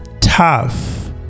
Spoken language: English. tough